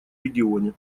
регионе